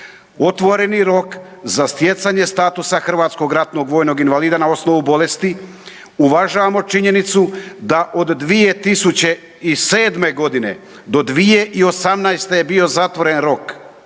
otvoreni rok za stjecanje statusa hrvatskog ratnog vojnog invalida na osnovu bolesti uvažavamo činjenicu da od 2007. godine do 2018. je bio zatvoren rok